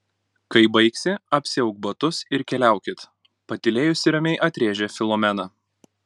kai baigsi apsiauk batus ir keliaukit patylėjusi ramiai atrėžė filomena